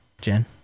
Jen